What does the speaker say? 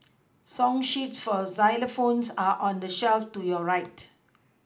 song sheets for xylophones are on the shelf to your right